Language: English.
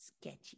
sketchy